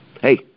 hey